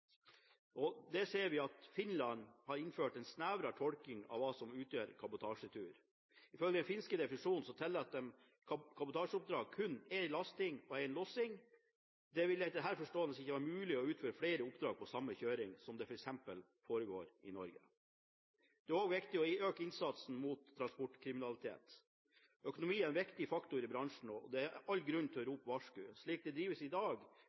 ser at Finland har innført en snevrere tolkning av hva som utgjør en kabotasjetur. Ifølge den finske definisjonen tillater et kabotasjeoppdrag kun én lasting og én lossing, og det vil etter denne forståelsen ikke være mulig å utføre flere oppdrag på samme kjøretur, slik det f.eks. foregår i Norge. Det er også viktig å øke innsatsen mot transportkriminalitet. Økonomi er en viktig faktor i bransjen, og her er det all grunn til å rope et varsku. Slik det drives i dag,